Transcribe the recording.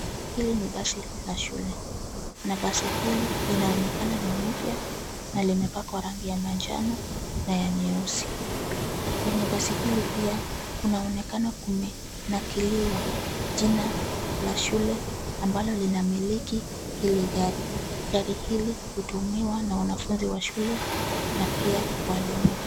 Hili ni basi la shule na basi hili linaonekana ni mpya na limepakwa rangi ya manjano na ya nyeusi. Kwenye basi hili pia, kunaonekana kumenakiliwa jina la shule ambalo linamiliki hili gari. Gari hili hutumiwa na wanafunzi wa shule na pia walimu.